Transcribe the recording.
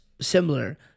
similar